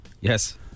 Yes